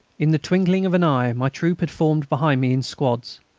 in the twinkling of an eye my troop had formed behind me, in squads.